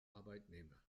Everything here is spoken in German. arbeitnehmer